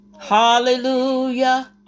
Hallelujah